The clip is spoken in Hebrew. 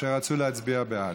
רצו להצביע בעד.